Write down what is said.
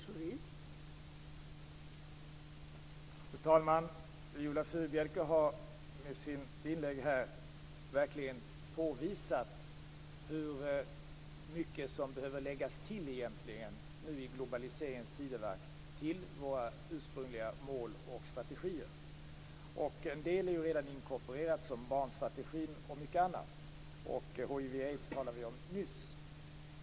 Fru talman! Viola Furubjelke har med sitt inlägg här verkligen påvisat hur mycket som behöver läggas till egentligen, nu i globaliseringens tidevarv, till våra ursprungliga mål och strategier. En del är ju redan inkorporerat, som barnstrategin och mycket annat; hiv och aids talade vi om nyss.